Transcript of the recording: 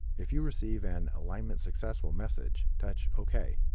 if you receive an alignment successful message, touch ok.